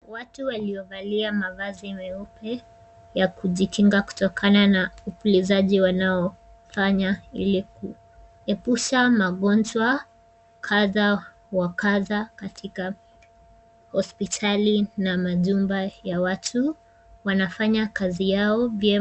Watu waliovalia mavazi meupe ya kujikinga kutokana na upulizaji wanao fanya hili kuepusha magonjwa, kadhaa wa kadhaa katika hospitali na majumba ya watu, wanafanya kazi yao vyema.